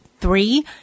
three